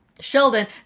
Sheldon